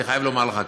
אני חייב לומר לך כך: